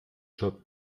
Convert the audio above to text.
job